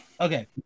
okay